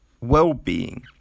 well-being